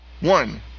One